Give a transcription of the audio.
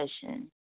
discussion